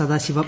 Sadasivam